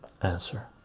Answer